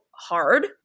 hard